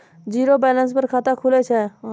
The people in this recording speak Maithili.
जीरो बैलेंस पर खाता खुले छै?